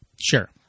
Sure